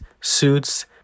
suits